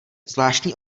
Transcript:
zvláštní